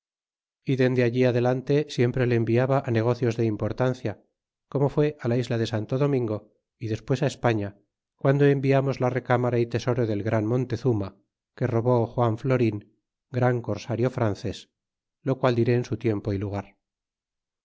y dende allí adelante siempre le enviaba negocios de importancia como fué á la isla de santo domingo y despues españa guando enviamos la re cámara y tesoro del gran montezuma que robó juan florin gran corsario frances lo qual diré vaez y